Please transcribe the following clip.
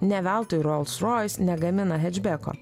ne veltui rolls royce negamina hečbeko